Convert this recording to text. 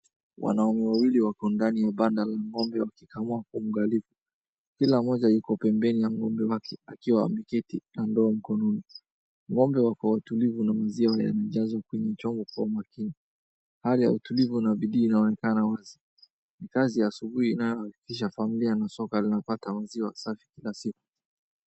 Wanaume wawili wako ndani ya banda la ng'ombe wakikamua kwa uangalifu. Kila mmoja yuko pembeni wa ng'ombe wake akiwa ameketi na ndoo mkononi. Ng'ombe wako watulivu na maziwa yanajazwa kwenye chombo kwa umakini. Hali ya utulivu na bidii inaonekana basi. kazi ya asubuhi inayohakikisha familia na soko linapata maziwa safi kila siku.